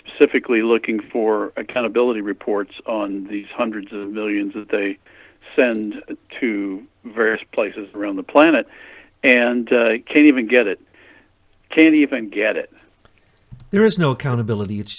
specifically looking for accountability reports on these hundreds of millions that they send to various places around the planet and can't even get it can even get it there is no accountability it's